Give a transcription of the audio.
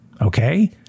okay